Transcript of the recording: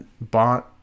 bought